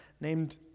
named